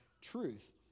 truth